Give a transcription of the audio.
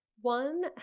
One